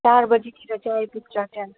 चार बजीतिर चाहिँ आइपुग्छ बिहान